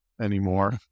anymore